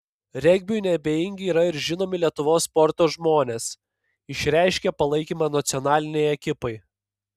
regbiui neabejingi yra ir žinomi lietuvos sporto žmonės išreiškę palaikymą nacionalinei ekipai